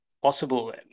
possible